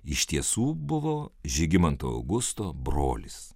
iš tiesų buvo žygimanto augusto brolis